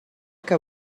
que